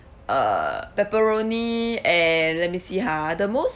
uh pepperoni and let me see ha the most